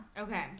Okay